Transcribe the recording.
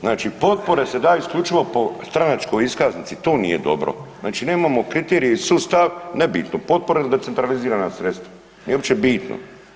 Znači potpore se daju isključivo po stranačkoj iskaznici to nije dobro, znači nemamo kriterije i sustav, nebitno potpore ili decentralizirana sredstva, nije uopće bitno.